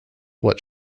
what